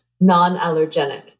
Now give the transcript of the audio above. non-allergenic